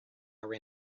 are